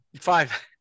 five